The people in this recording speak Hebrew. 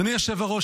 אדוני היושב-ראש,